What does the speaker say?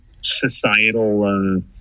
societal